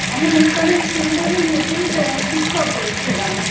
আমি মুসকানের স্কুল থেকে ইংরেজির শিক্ষক বলছিলাম